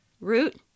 Root